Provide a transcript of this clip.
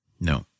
No